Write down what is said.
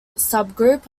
subgroup